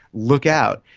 look out.